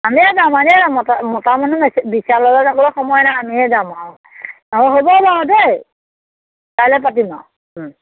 আমিয়ে যাম আমিয়ে যাম মতা মতা মানুহ বিশাললৈ যাবলৈ সময় নাই আমিয়ে যাম আৰু অ হ'ব বাৰু দেই কাইলৈ পাতিম আৰু